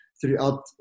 throughout